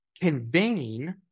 conveying